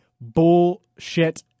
bullshit